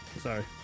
Sorry